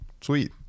sweet